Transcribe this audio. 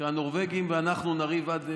שהנורבגים ואנחנו נריב עד,